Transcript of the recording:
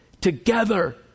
Together